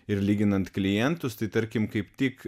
ir lyginant klientus tai tarkim kaip tik